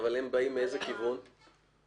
אבל מאיזה כיוון הם באים?